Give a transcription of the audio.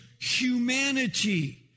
humanity